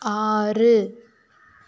ஆறு